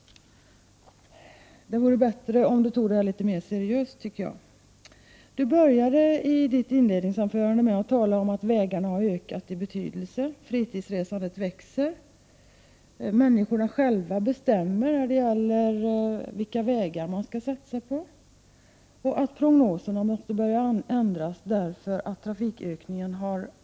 Det vore alltså bättre att ha en litet mera seriös debatt. Olle Östrand inleder sitt huvudanförande med att tala om vägarnas ökade betydelse, om att fritidsresandet tilltar, om att människorna själva bestämmer vilka vägar som man skall satsa på och om att prognoserna måste ändras till följd av den enorma trafikökningen.